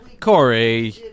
corey